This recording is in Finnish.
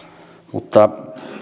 mutta voimmehan